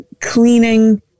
cleaning